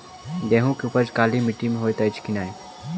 गेंहूँ केँ उपज काली माटि मे हएत अछि की नै?